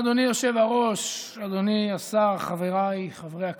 אדוני היושב-ראש, אדוני השר, חבריי חברי הכנסת,